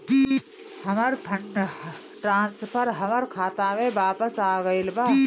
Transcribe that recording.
हमर fund transfer हमर खाता में वापस आ गईल बा